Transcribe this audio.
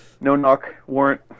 no-knock-warrant